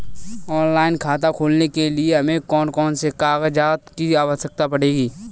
Online खाता खोलने के लिए हमें कौन कौन से कागजात की आवश्यकता पड़ेगी?